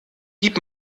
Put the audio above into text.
gib